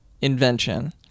invention